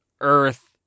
earth